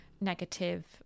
negative